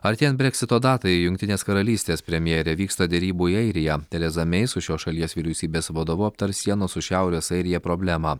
artėjant breksito datai jungtinės karalystės premjerė vyksta derybų į airiją tereza mei su šios šalies vyriausybės vadovu aptars sienos su šiaurės airija problemą